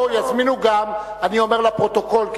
אני אומר לפרוטוקול,